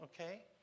Okay